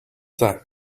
that